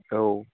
औ